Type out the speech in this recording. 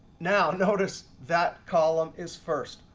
now notice that column is first.